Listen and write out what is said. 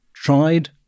tried